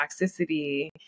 toxicity